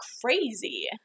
crazy